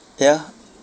ya